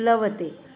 प्लवते